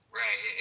right